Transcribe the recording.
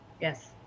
Yes